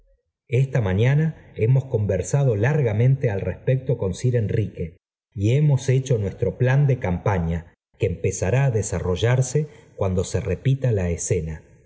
a mañana h tm conversado largamente al respecto con sir enrique y hemos hecho nuestro plan de campaña que empezará á nrohoh arse cuando se re pita la escena